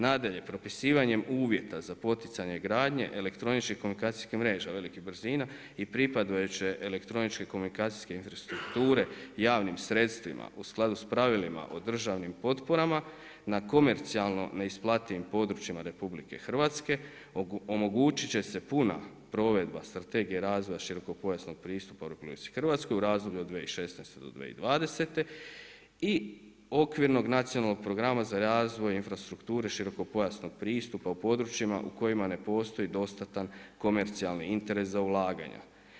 Nadalje, propisivanjem uvjeta za poticanje gradnje elektroničkih komunikacijskih mreža velikih brzina i pripadajuće elektroničke komunikacijske infrastrukture javnim sredstvima u skladu sa pravilima o državnim potporama na komercijalno neisplativim područjima RH omogućiti će se puno, provedba, strategija razvoja širokopojasnog pristupa u RH, u razdoblju od 2016.-2020. i okvirnog nacionalnog program za razvoj infrastrukture širokopojasnog pristupa u područjima u kojima ne postoji dostatan komercijalni interes za ulaganja.